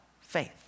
faith